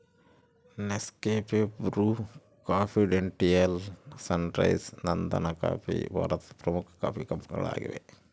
Nescafe, Bru, ಕಾಂಫಿಡೆಂಟಿಯಾಲ್, Sunrise, ನಂದನಕಾಫಿ ಭಾರತದ ಪ್ರಮುಖ ಕಾಫಿ ಕಂಪನಿಗಳಾಗಿವೆ